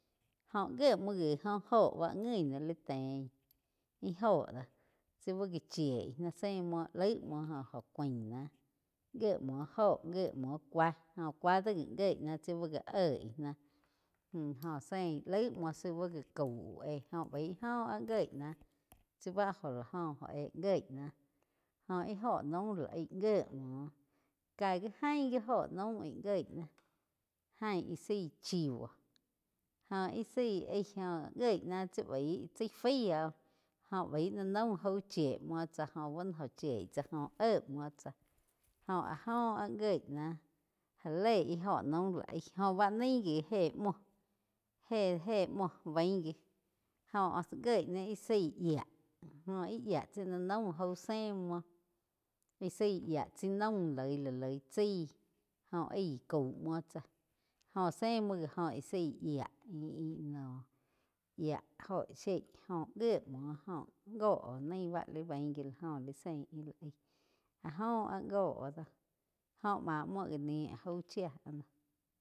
Jó gíe muo go óh óho bá ngui ná li teín íh óho dé búh ká chíeh náh zé múo laíg múo óh jo cúain náh gé múo óho gíe múo cúa, cúa do gi gíeg ná tsi bá oig náh óh sein laig úo si báh gá cau éh go baíh óh áh gíes náh tsi báh óho láh gó óh éh gíei náh jóh íh óho naum lá aig gie múo ká gi gain gi óho naum íh gíeh náh ain íh zaí chivo óh íh zaí aí óh giéh náh tsi baí chaí faí óh, óh baí naí naum jau chíe muo tsáh jó bá noh óh chíeh tzá éh múo tsáh óh áh jo áh gíeg náh. Já léi íh óh naum lá aíh jóhh báh naíh gi éh múo éh-éh múo baín gi óh gieg náh íh zaí yíá óh íh yíá ni maúm jaú zéh múo íh zaí yía chá naúm loi la loi chái joh aig gi caú múo tsáh jóh zé múo gi íh zaí yía noh óho sieg óh gíe múo oh góh óh naí bá li bain gi la óh li séin íh la aig áh joh ág góh doh jo má múo gá ni áh jau chiá.